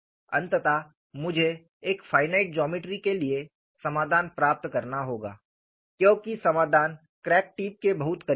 अंततः मुझे एक फाइनाइट ज्योमेट्री के लिए समाधान प्राप्त करना होगा क्योंकि समाधान क्रैक टिप के बहुत करीब है